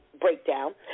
breakdown